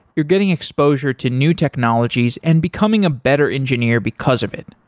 you are getting exposure to new technologies and becoming a better engineering because of it.